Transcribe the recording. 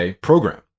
program